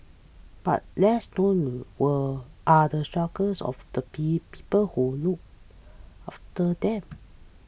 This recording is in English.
but less known were are the struggles of the pee people who look after them